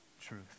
truth